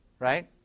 Right